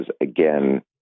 again